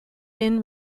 been